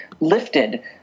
lifted